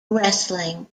wrestling